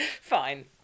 Fine